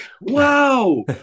wow